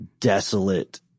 desolate